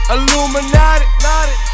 Illuminati